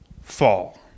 fall